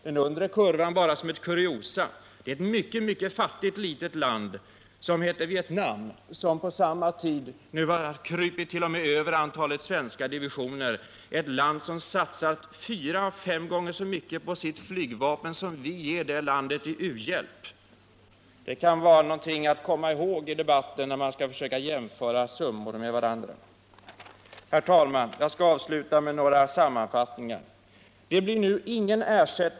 Den undre kurvan finns med bara som ett kuriosum: Den visar att ett mycket fattigt litet land, som heter Vietnam, på samma tid har krupit över antalet svenska divisioner. Det är ett land som satsat fyra fem gånger så mycket på sitt flygvapen som vi ger det landet i u-hjälp! Det kan vara någonting att komma ihåg när man i debatten försöker jämföra olika summor. Herr talman! Jag skall avsluta med några sammanfattningar.